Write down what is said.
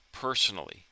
personally